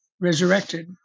resurrected